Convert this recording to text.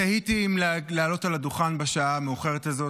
תהיתי אם לעלות על הדוכן בשעה המאוחרת הזאת